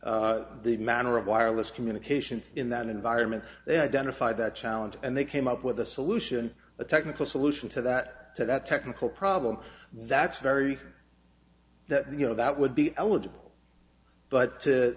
the manner of wireless communications in that environment they identified that challenge and they came up with a solution a technical solution to that to that technical problem that's very you know that would be eligible but